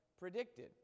predicted